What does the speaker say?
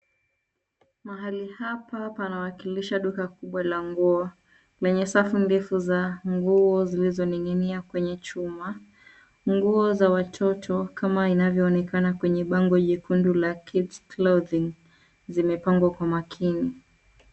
Mahali hapa panawakilisha duka kubwa la nguo, lenye safu ndefu za nguo zilizoning'inia kwenye chuma. Nguo za watoto kama inavyoonekana kwenye bango jekundu la Kids Clothing, zimepangwa kwa makini.